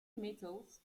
metals